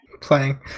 Playing